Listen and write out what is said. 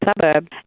suburb